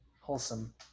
wholesome